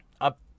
Up